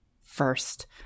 first